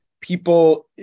people